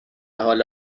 حال